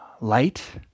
Light